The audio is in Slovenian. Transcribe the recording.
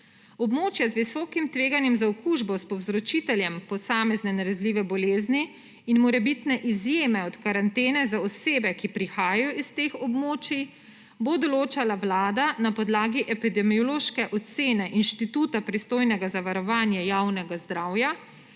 Območje z visokim tveganjem za okužbo s povzročiteljem posamezne nalezljive bolezni in morebitne izjeme od karantene za osebe, ki prihajajo iz teh območij, bo določala Vlada na podlagi epidemiološke ocene inštituta, pristojnega za varovanje javnega zdravja,